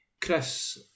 Chris